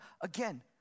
again